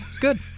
Good